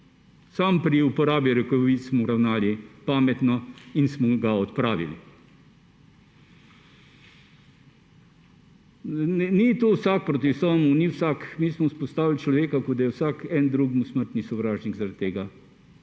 Samo pri uporabi rokavic smo ravnali pametno in smo ga odpravili. Ni to vsak proti vsemu, ni vsak. Mi smo vzpostavili človeka, kot da je vsak en drugemu smrtni sovražnik zaradi tega